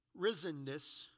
risenness